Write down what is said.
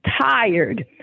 tired